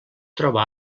troba